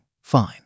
Fine